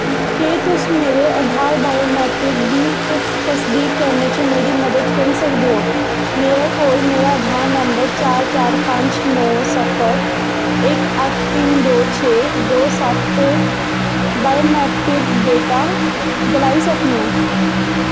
क्या तुस मेरे आधार बायोमेट्रिक्स गी तसदीक करने च मेरी मदद करी सकदे ओ मेरे कोल मेरा आधार नंबर चार चार पंज नौ सिफर इक अट्ठ दो तिन्न छे दो सत्त ते बायोमेट्रिक डेटा दिलाई सकने आं